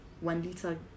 one-liter